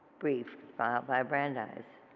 brief by brandeis.